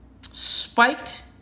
spiked